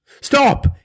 Stop